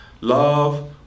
Love